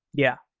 yeah.